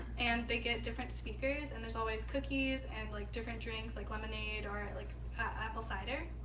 and they get different speakers. and there's always cookies and like different drinks like lemonade, or like apple cider.